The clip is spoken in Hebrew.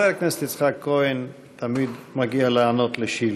חבר הכנסת יצחק כהן תמיד מגיע לענות על שאילתות.